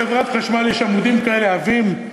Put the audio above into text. לחברת חשמל יש עמודים כאלה עבים,